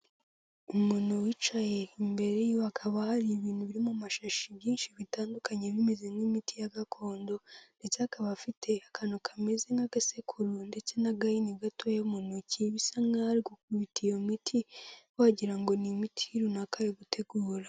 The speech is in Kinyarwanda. Umuntu wicaye imbere yiwe hakaba hari ibintu biri mu mashashi byinshi bitandukanye bimeze nk'imiti ya gakondo ndetse akaba afite akantu kameze nk'agasekururo ndetse n'agahini gatoya mu ntoki bisa nk'aho ari gukubita iyo miti wagirango ngo ni imiti runaka ari gutegura.